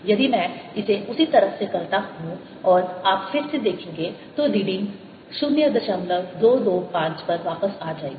यदि मैं इसे उसी तरफ से करता हूं और आप फिर से देखेंगे तो रीडिंग 0225 पर वापस आ जाएगी